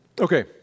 Okay